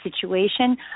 situation